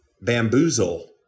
bamboozle